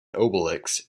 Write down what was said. obelix